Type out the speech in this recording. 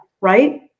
right